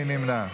מי נמנע?